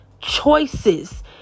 choices